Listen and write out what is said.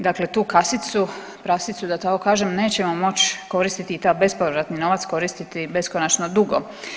Dakle, tu kasicu prasicu da tako kažem nećemo moći koristiti i taj bespovratni novac koristiti beskonačno dugo.